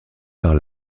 par